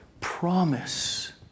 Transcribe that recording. promise